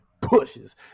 pushes